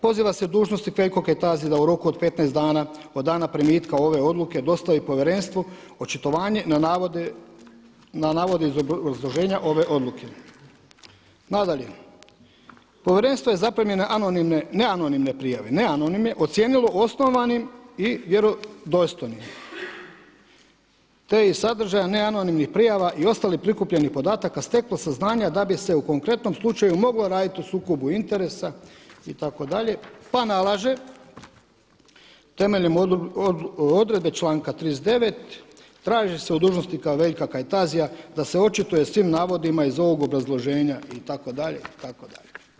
Poziva se dužnosnik Veljko Kajtazi da u roku od 15 dana od dana primitka ove odluke dostavi Povjerenstvu očitovanje na navode iz obrazloženja ove odluke.“ Nadalje, Povjerenstvo je zaprimljene anonimne, neanonimne prijave, neanonimne ocijenilo osnovanim i vjerodostojnim, te je iz sadržaja neanonimnih prijava i ostalih prikupljenih podataka stekla saznanja da bi se u konkretnom slučaju moglo raditi o sukobu interesa itd. pa nalaže temeljem odredbe članka 39. traži se od dužnosnika Veljka Kajtazija da se očituje o svim navodima iz ovog obrazloženja itd. itd.